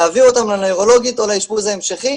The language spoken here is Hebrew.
להעביר אותם לנוירולוגית או לאשפוז ההמשכי.